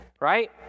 right